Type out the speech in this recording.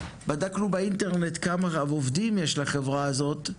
בדקנו באינטרנט כמה עובדים יש לחברה הזאת,